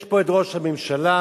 יש פה ראש הממשלה